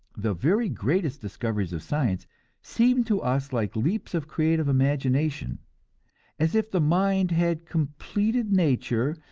the very greatest discoveries of science seem to us like leaps of creative imagination as if the mind had completed nature,